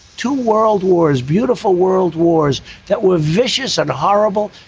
two world wars, beautiful world wars that were vicious and horrible.